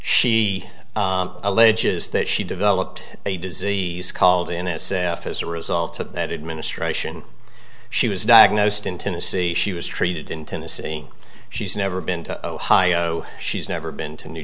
alleges that she developed a disease called in itself as a result of that administration she was diagnosed in tennessee she was treated in tennessee she's never been to ohio she's never been to new